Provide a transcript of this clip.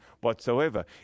whatsoever